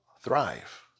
thrive